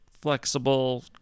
flexible